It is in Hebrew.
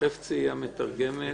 חפצי היא המתרגמת,